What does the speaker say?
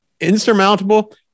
insurmountable